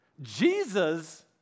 Jesus